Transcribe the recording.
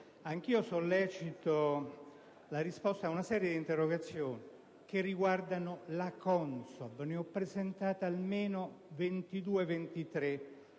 sollecito la risposta ad una serie di interrogazioni che riguardano la CONSOB. Ne ho presentate almeno 22